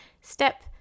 step